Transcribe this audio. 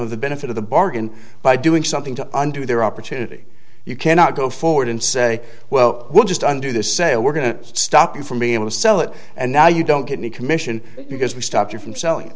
of the benefit of the bargain by doing something to undo their opportunity you cannot go forward and say well we'll just undo the sale we're going to stop you from being able to sell it and now you don't get any commission because we stopped you from selling